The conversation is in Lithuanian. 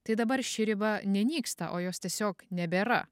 tai dabar ši riba nenyksta o jos tiesiog nebėra